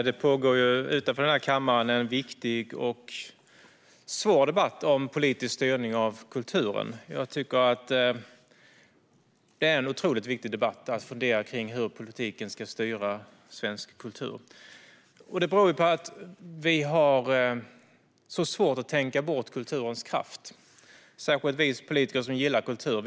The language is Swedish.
Herr talman! Utanför denna kammare pågår en viktig och svår debatt om politisk styrning av kulturen. Jag tycker att det är en otroligt viktig debatt: att fundera kring hur politiken ska styra svensk kultur. Det beror på att vi har så svårt att tänka bort kulturens kraft, särskilt vi politiker som gillar kultur.